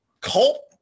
cult